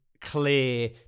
Clear